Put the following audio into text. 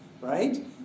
Right